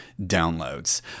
downloads